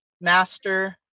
Master